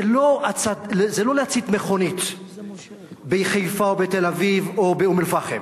זה לא להצית מכונית בחיפה או בתל-אביב או באום-אל-פחם.